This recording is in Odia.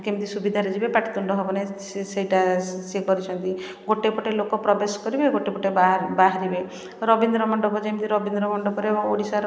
କେମିତି ସୁବିଧାରେ ଯିବେ ପାଟିତୁଣ୍ଡ ହେବ ନାଇଁ ସିଏ ସେଇଟା ସିଏ କରିଛନ୍ତି ଗୋଟେ ପଟେ ଲୋକ ପ୍ରବେଶ କରିବେ ଗୋଟେ ପଟେ ବାହାରିବେ ରବୀନ୍ଦ୍ର ମଣ୍ଡପ ଯେମିତି ରବୀନ୍ଦ୍ର ମଣ୍ଡପରେ ଓଡ଼ିଶାର